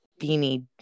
Beanie